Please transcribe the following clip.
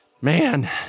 Man